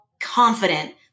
confident